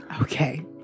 Okay